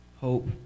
hope